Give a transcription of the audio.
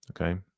Okay